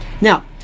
Now